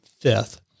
fifth